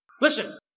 Listen